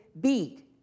beat